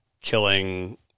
killing